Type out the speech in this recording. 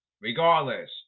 Regardless